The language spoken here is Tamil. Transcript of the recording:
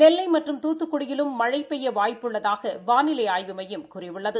நெல்லை மற்றும் தூத்துக்குடியிலும் மழை பெய்ய வாய்ப்பு உள்ளதாக வானிலை ஆய்வு மையம் கூறியுள்ளது